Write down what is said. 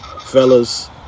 Fellas